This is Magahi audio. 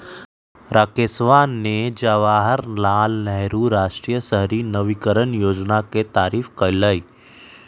राकेशवा ने जवाहर लाल नेहरू राष्ट्रीय शहरी नवीकरण योजना के तारीफ कईलय